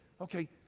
okay